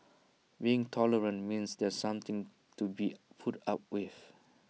being tolerant means there's something to be put up with